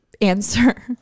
answer